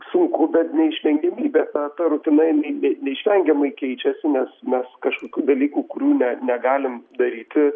sunku bet neišvengiamybė ta ta rutina jinai neišvengiamai keičiasi nes mes kažkokių dalykų kurių net negalim daryti